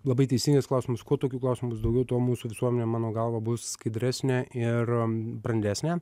labai teisingas klausimas kuo tokių klausimų bus daugiau tuo mūsų visuomenė mano galva bus skaidresnė ir brandesnė